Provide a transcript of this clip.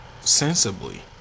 sensibly